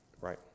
right